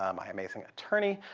um my amazing attorney,